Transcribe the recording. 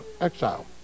exile